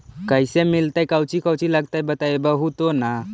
कैसे मिलतय कौची कौची लगतय बतैबहू तो न?